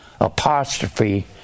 apostrophe